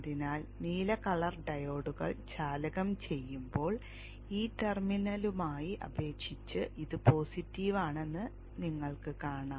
അതിനാൽ നീല കളർ ഡയോഡുകൾ ചാലകം ചെയ്യുമ്പോൾ ഈ ടെർമിനലുമായി അപേക്ഷിച്ച് ഇത് പോസിറ്റീവ് ആണെന്ന് നിങ്ങൾക്ക് കാണാം